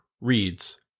reads